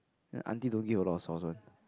then aunty don't give a lot of sauce one